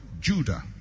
Judah